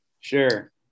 Sure